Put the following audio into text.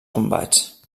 combats